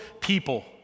people